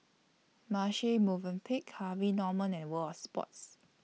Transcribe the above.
Marche Movenpick Harvey Norman and World of Sports